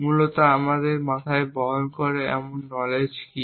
মূলত আমরা আমাদের মাথায় বহন করে এমন নলেজ কী